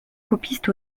copiste